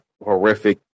horrific